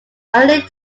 early